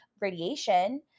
radiation